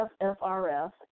FFRF